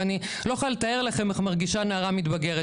ואני לא יכולה לתאר לכם איך מרגישה נערה מתבגרת